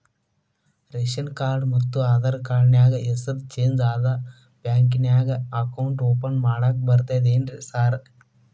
Ration card ಮತ್ತ Aadhaar card ನ್ಯಾಗ ಹೆಸರು ಚೇಂಜ್ ಅದಾ ಬ್ಯಾಂಕಿನ್ಯಾಗ ಅಕೌಂಟ್ ಓಪನ್ ಮಾಡಾಕ ಬರ್ತಾದೇನ್ರಿ ಸಾರ್?